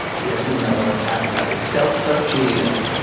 you know, do another one after that. but don't don't cheat it up.